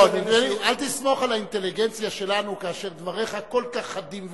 אל תסמוך על האינטליגנציה שלנו כאשר דבריך כל כך חדים וברורים.